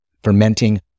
fermenting